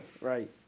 Right